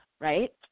right